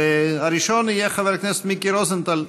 הראשון יהיה חבר הכנסת מיקי רוזנטל,